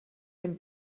dem